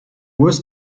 was